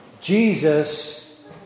Jesus